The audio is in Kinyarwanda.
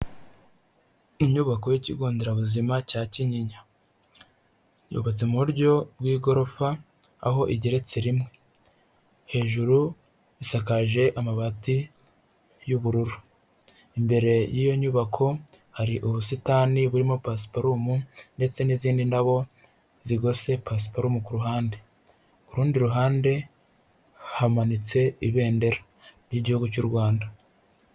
Inyubako y'ikigo nderabuzima cya kinyinya. Yubatse mu buryo bw'igorofa, aho igeretse rimwe. Hejuru isakaje amabati y'ubururu imbere y'iyo nyubako hari ubusitani burimo pasiparumu ndetse n'izindi ndabo zigose pasiparumu ku ruhande ku rundi ruhande hamanitse ibendera ry'igihugu cy'u Rwanda